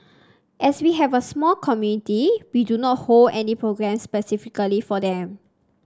as we have a small community we do not hold any programmes specifically for them